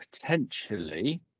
potentially